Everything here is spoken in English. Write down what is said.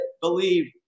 believe